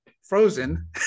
frozen